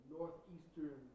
Northeastern